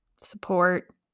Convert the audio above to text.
support